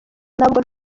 ntabwo